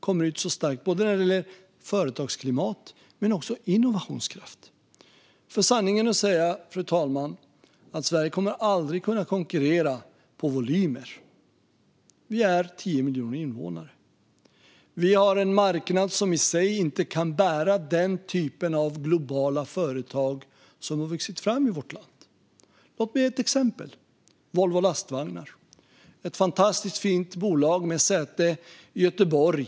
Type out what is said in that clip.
Det gäller både företagsklimat och innovationskraft. Sanningen är att Sverige aldrig kommer att kunna konkurrera med volymer. Vi är 10 miljoner invånare. Vi har en marknad som i sig inte kan bära den typ av globala företag som har vuxit fram i vårt land. Låt mig ge ett exempel: Volvo Lastvagnar. Det är ett fantastiskt fint bolag med säte i Göteborg.